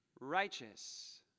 righteous